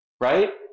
Right